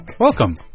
Welcome